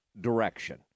direction